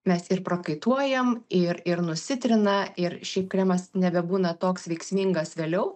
mes ir prakaituojam ir ir nusitrina ir šiaip kremas nebebūna toks veiksmingas vėliau